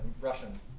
Russian